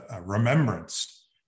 remembrance